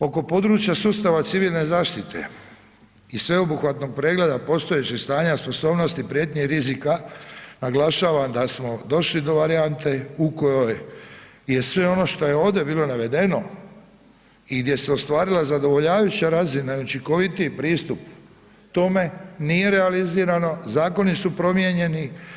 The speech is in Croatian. Oko područja sustava civilne zaštite i sveobuhvatnog pregleda postojećeg stanja sposobnosti, prijetnje i rizika, naglašavam da smo došli do varijante u kojoj je sve ono što je ovdje bilo navedeno i gdje se ostvarila zadovoljavajuća razina i učinkovitiji pristup tome, nije realizirano, zakoni su promijenjeni.